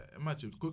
Imagine